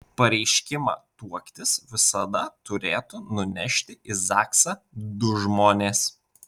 pareiškimą tuoktis visada turėtų nunešti į zaksą du žmonės